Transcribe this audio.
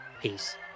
peace